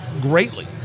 greatly